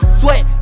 sweat